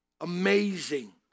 Amazing